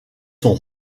son